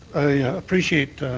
i appreciate